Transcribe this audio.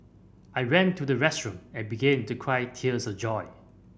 I ran to the restroom and began to cry tears of joy